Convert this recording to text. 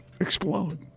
explode